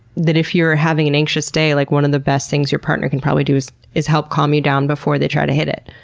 that if you're having an anxious day, like one of the best things your partner can probably do is is help calm you down before they try to hit it.